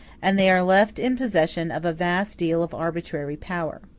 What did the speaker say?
and they are left in possession of a vast deal of arbitrary power.